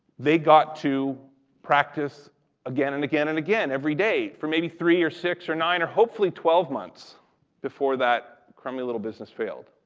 they got to practice again and again and again every day for maybe three or six or nine or hopefully twelve months before that crummy little business failed,